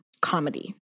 comedy